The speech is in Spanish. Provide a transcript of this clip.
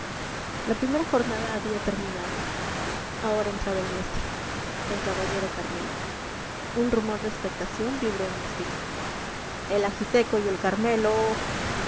la primera jornada había terminado ahora entraba el nuestro el caballero carmelo un rumor de expectación vibró en el circo el ajiseco y el carmelo